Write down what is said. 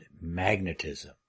magnetism